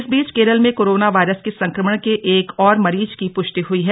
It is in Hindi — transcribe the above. इस बीच केरल में कोरोना वायरस के संक्रमण के एक और मरीज की पुष्टि हुई है